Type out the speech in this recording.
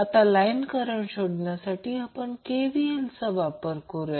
आता line current शोधण्यासाठी आपण KVL चा वापर करूया